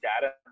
data